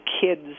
kids